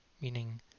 meaning